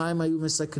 מה הם היו מסכנים,